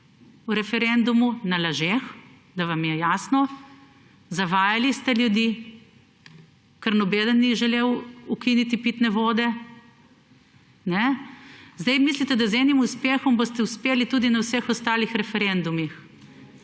o referendumu, na lažeh, da vam je jasno, zavajali ste ljudi, ker ninče ni želel ukiniti pitne vode, zdaj mislite, da boste z enim uspehom uspeli tudi na vseh ostalih referendumih.